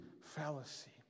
fallacy